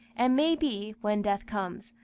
and maybe, when death comes,